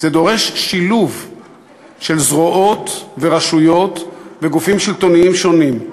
זה דורש שילוב של זרועות ורשויות וגופים שלטוניים שונים,